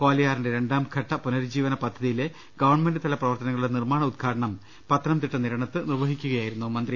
കോലയാറിന്റെ രണ്ടാംഘട്ട പുന രുജ്ജീവന പദ്ധതിയിലെ ഗവൺമെന്റ് തല പ്രവർത്തനങ്ങളുടെ നിർമ്മാണ ഉദ്ഘാടനം പത്തനംതിട്ട നിരണത്ത് നിർവഹിക്കുകയായിരുന്നു മന്ത്രി